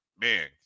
man